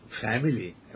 family